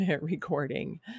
recording